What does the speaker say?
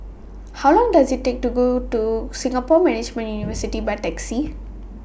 How Long Does IT Take to Go to Singapore Management University By Taxi